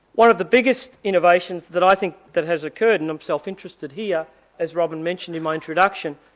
one of the biggest innovations that i think that has occurred, and i'm self interested here as robyn mentioned in my introduction,